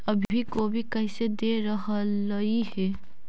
अभी गोभी कैसे दे रहलई हे?